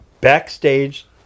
backstage